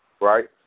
right